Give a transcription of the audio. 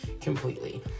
completely